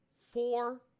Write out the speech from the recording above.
four